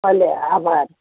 ભલે આભાર